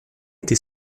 été